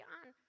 on